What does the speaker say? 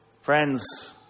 Friends